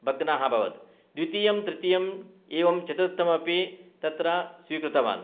भग्नाः अभवत् द्वितीयं तृतीयम् एवं चतुर्थमपि तत्र स्वीकृतवान्